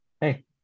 Hey